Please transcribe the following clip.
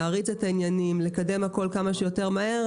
להריץ את העניינים ולקדם את הכול כמה שיותר מהר,